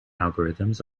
algorithms